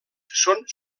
són